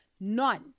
None